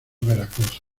veracruz